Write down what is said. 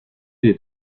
des